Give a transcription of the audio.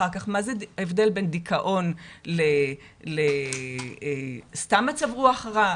אחר כך מה ההבדל בין דיכאון לסתם מצב רוח רע,